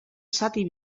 zati